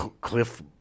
Cliff